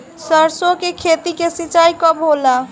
सरसों की खेती के सिंचाई कब होला?